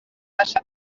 passa